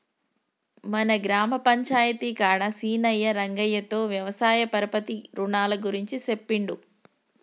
మన గ్రామ పంచాయితీ కాడ సీనయ్యా రంగయ్యతో వ్యవసాయ పరపతి రునాల గురించి సెప్పిండు